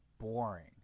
boring